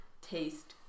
taste